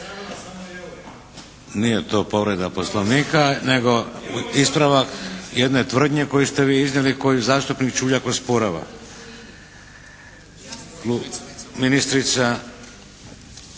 Nije to povreda Poslovnika, nego ispravak jedne tvrdnje koju ste vi iznijeli, koju zastupnik Čuljak osporava. Ministrica,